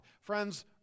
Friends